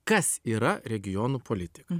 kas yra regionų politika